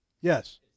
Yes